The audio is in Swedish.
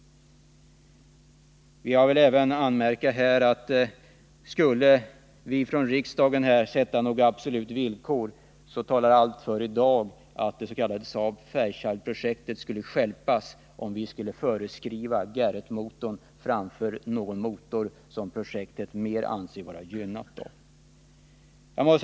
Jag vill även tillägga att om vi över huvud taget skall diskutera att från riksdagen ställa några absoluta villkor, så talar allt i dag för att det s.k. Fairchildprojektet skulle stjälpas om vi föreskriver Garrettmotorn i stället för någon annan motor som bättre skulle gynna projektet.